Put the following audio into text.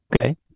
Okay